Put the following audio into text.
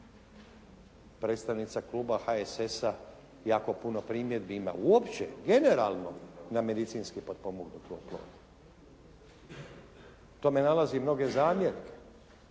Predstavnica kluba HSS-a jako puno primjedbi ima uopće generalno na medicinski potpomognutu oplodnju. Tome nalazi i mnoge zamjerke.